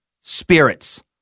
Spirits